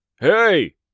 Hey